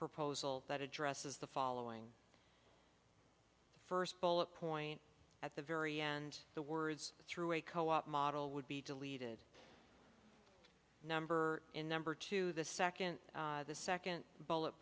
proposal that addresses the following first bullet point at the very end the words through a co op model would be deleted number in number two the second the second bullet